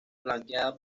flanqueada